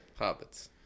hobbits